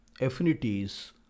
affinities